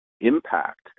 impact